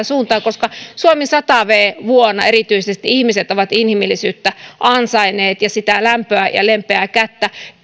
suuntaan koska erityisesti suomi sata vuotta vuonna ihmiset ovat inhimillisyyttä ansainneet ja sitä lämpöä ja lempeää kättä